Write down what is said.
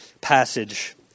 passage